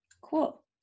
Cool